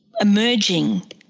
emerging